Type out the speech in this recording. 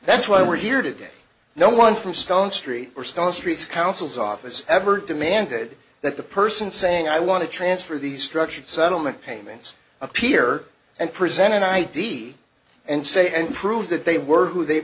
that's why we're here today no one from stone street or stella street's counsel's office ever demanded that the person saying i want to transfer these structured settlement payments appear and presented aidid and say and prove that they were who they